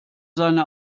seine